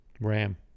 Ram